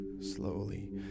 slowly